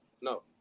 no